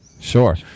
Sure